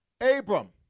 Abram